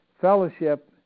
fellowship